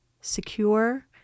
secure